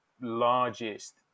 largest